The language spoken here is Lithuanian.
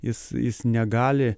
jis jis negali